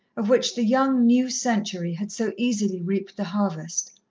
of which the young new century had so easily reaped the harvest.